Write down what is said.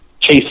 chase